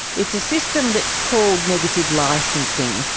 it's a system that is called negative licensing,